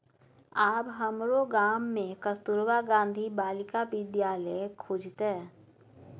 आब हमरो गाम मे कस्तूरबा गांधी बालिका विद्यालय खुजतै